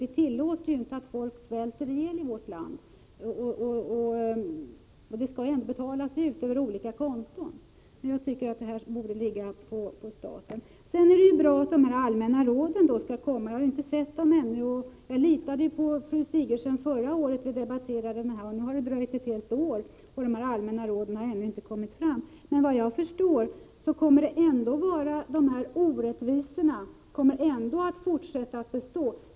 Vi tillåter ju inte att folk svälter ihjäl i vårt land. Jag vill än en gång upprepa att staten borde ta hand om det här. Det är bra att de allmänna råden skall komma. Jag har inte sett dem ännu. Jag litade på fru Sigurdsen förra året när vi debatterade denna fråga. Nu har det dröjt ett helt år, och de allmänna råden har ännu inte kommit fram. Vad jag förstår kommer ändå dessa orättvisor att bestå.